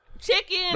Chicken